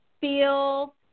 feel